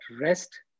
rest